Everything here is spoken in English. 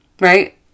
Right